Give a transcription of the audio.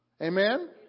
Amen